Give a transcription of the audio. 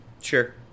Sure